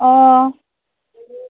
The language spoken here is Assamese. অঁ